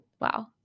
Wow